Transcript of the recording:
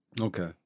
Okay